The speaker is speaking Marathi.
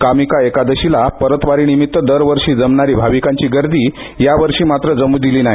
कामिका एकादशीला परतवारी निमित्त दरवर्षी जमणारी भाविकांची गर्दी या वर्षी मात्र जमू दिली नाही